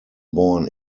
born